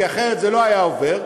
כי אחרת זה לא היה עובר,